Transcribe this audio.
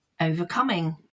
overcoming